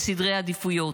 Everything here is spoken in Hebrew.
משבר של סדרי עדיפויות.